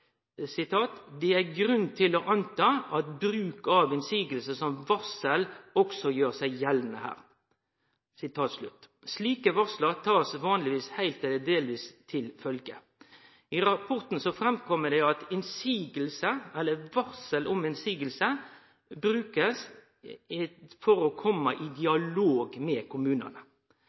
det er grunn til å anta at bruk av innsigelse som varsel, også gjør seg gjeldende her». Slike varsel tar ein vanlegvis heilt eller delvis til følgje. I rapporten kjem det fram at motsegn eller varsel om motsegn, brukast for å kome i dialog med kommunane.